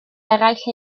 eraill